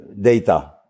data